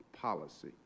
policy